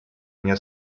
нет